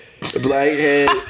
Blackhead